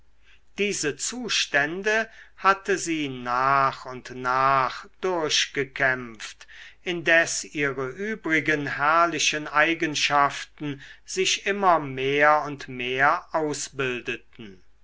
diese zustände hatte sie nach und nach durchgekämpft indes ihre übrigen herrlichen eigenschaften sich immer mehr und mehr ausbildeten